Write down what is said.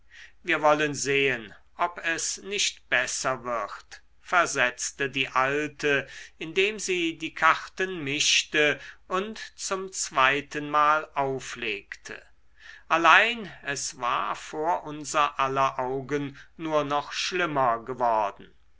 wir wollen sehen ob es nicht besser wird versetzte die alte indem sie die karten mischte und zum zweitenmal auflegte allein es war vor unser aller augen nur noch schlimmer geworden